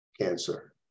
cancer